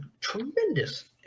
tremendous